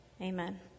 Amen